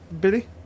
Billy